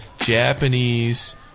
Japanese